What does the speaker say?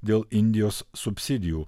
dėl indijos subsidijų